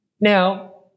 Now